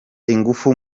ingufu